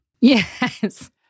Yes